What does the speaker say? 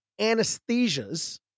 anesthesias